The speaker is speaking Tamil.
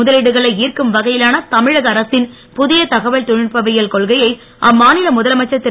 முதலீடுகளை ஈர்க்கும் வகையிலான தமிழக அரசின் புதிய தகவல் தொழில்நுட்பவியல் கொள்கையை அம்மாநில முதலமைச்சர் திரு